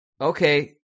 Okay